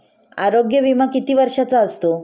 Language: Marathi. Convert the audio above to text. आरोग्य विमा किती वर्षांचा असतो?